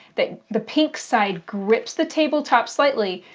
the the pink side grips the tabletop slightly.